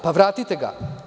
Pa vratite ga.